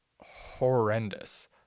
horrendous